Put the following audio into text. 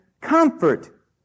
comfort